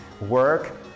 Work